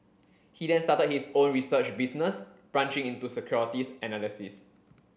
he then started his own research business branching into securities analysis